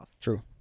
True